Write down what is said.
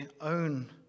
own